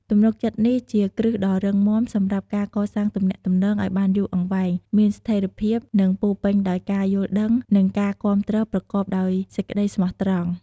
ទំនុកចិត្តនេះ ជាគ្រឹះដ៏រឹងមាំសម្រាប់ការកសាងទំនាក់ទំនងឲ្យបានយូរអង្វែង មានស្ថេរភាព និងពោរពេញដោយការយល់ដឹង និងការគាំទ្រប្រកបដោយសេចក្ដីស្មោះត្រង់។